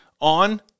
on